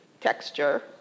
texture